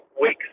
weeks